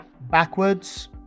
backwards